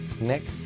Next